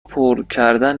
پرکردن